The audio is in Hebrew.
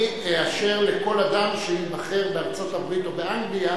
אני אאשר לכל אדם שייבחר בארצות-הברית או באנגליה